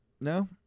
No